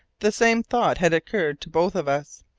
the same thought had occurred to both of us.